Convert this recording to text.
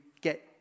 get